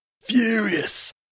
furious